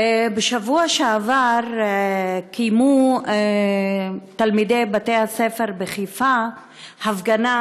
בשבוע שעבר קיימו תלמידי בתי-הספר בחיפה הפגנה